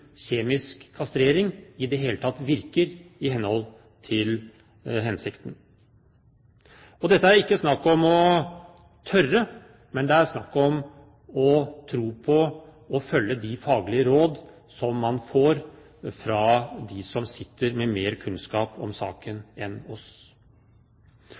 kjemisk kastrering i det hele tatt virker i henhold til hensikten. Her er det ikke snakk om å tørre, men det er snakk om å tro på og følge de faglige råd som man får fra dem som sitter med mer kunnskap om